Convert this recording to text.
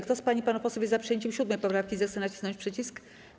Kto z pań i panów posłów jest za przyjęciem 7. poprawki, zechce nacisnąć przycisk.